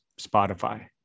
spotify